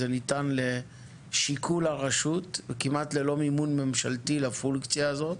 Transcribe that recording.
זה ניתן לשיקול הרשות וכמעט ללא מימון ממשלתי לפונקציה הזו.